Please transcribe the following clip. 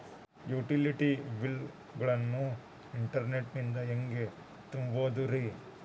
Utility bill ಗಳನ್ನ internet ನಿಂದ ಹೆಂಗ್ ತುಂಬೋದುರಿ?